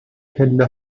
پله